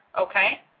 okay